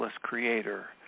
creator